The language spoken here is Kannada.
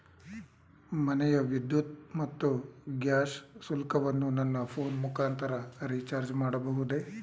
ಮನೆಯ ವಿದ್ಯುತ್ ಮತ್ತು ಗ್ಯಾಸ್ ಶುಲ್ಕವನ್ನು ನನ್ನ ಫೋನ್ ಮುಖಾಂತರ ರಿಚಾರ್ಜ್ ಮಾಡಬಹುದೇ?